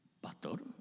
Pastor